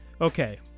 Okay